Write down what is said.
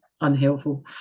unhelpful